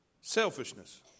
selfishness